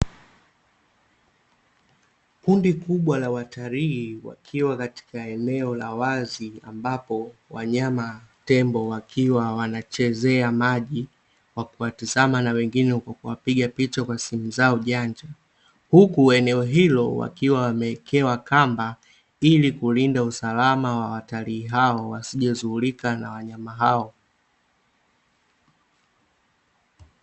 Kundi kubwa la watalii wakiwa katika eneo ya wazi ambapo wanyama tembo, wakiwa wanachezea maji kwa kuwatizama na wengine kwa kuwapiga picha kwa simu zao janja, huku eneo hilo wakiwa wamewekewa kamba, ili kulinda usalama wa watalii hao, wasije dhurika na wanyama hao.